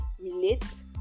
relate